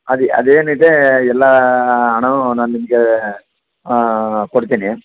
ಅದು ಅದು ಏನಿದೆ ಎಲ್ಲ ಹಣವೂ ನಾನು ನಿಮಗೆ ಕೊಡ್ತೀನಿ